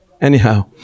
Anyhow